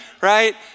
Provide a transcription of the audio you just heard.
right